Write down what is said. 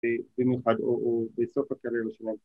במיוחד או או בסוף הקריירה שלנו